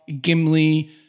Gimli